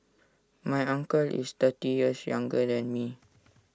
my uncle is thirty years younger than me